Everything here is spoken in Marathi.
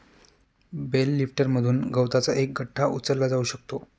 बेल लिफ्टरमधून गवताचा एक गठ्ठा उचलला जाऊ शकतो